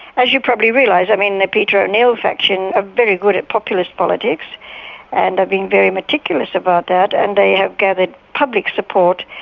as you probably realise, i mean, the peter o'neill faction are ah very good at populist politics and are being very meticulous about that. and they have gathered public support,